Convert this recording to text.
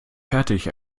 fertig